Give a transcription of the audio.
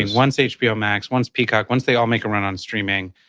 once hbo max, once peacock, once they all make a run on streaming,